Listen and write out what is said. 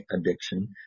addiction